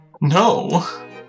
No